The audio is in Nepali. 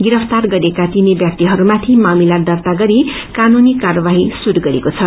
गिरफ्तार गरिएका तीनै व्याक्तिहरूमाथि मामिला दार्ता गरी कानूनी कार्यवाही शुरू गरिएक्रो छ